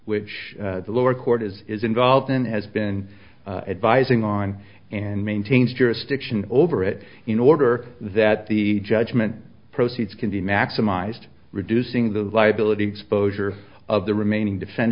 which the lower court is is involved in as been advising on and maintains jurisdiction over it in order that the judgment proceeds can be maximized reducing the liability exposure of the remaining defend